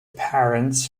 parents